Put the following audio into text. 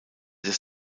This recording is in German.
des